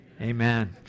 amen